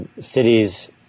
cities